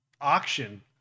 auction